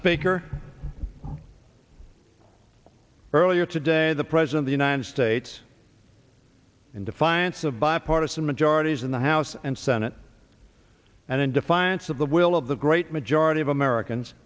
speaker earlier today the president the united states in defiance of bipartisan majorities in the house and senate and in defiance of the will of the great majority of americans